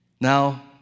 Now